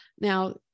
Now